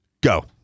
Go